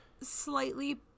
Slightly